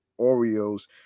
oreo's